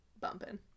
bumping